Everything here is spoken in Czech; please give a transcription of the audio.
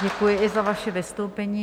Děkuji i za vaše vystoupení.